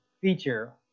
feature